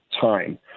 time